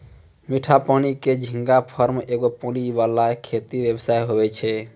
मीठा पानी के झींगा फार्म एगो पानी वाला खेती व्यवसाय हुवै छै